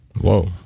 Whoa